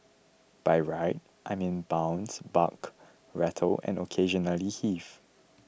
by ride I mean bounce buck rattle and occasionally heave